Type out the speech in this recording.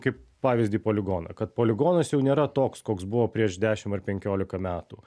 kaip pavyzdį poligoną kad poligonas jau nėra toks koks buvo prieš dešimt ar penkiolika metų